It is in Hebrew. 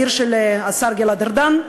העיר של השר גלעד ארדן.